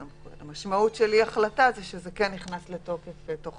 המשמעות של אי-החלטה היא שזה כן נכנס לתוקף תוך